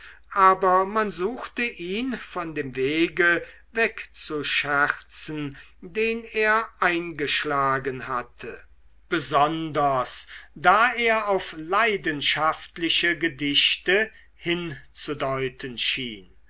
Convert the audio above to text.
aber man suchte ihn von dem wege wegzuscherzen den er eingeschlagen hatte besonders da er auf leidenschaftliche gedichte hinzudeuten schien